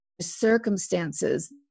circumstances